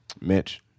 Mitch